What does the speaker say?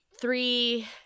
three